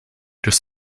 durch